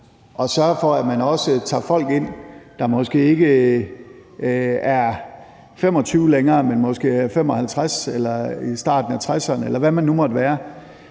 at sørge for, at man også tager folk ind, der måske ikke er 25 år længere, men måske 55 år eller i starten af 60'erne, eller hvad man nu måtte være.